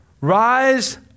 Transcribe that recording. rise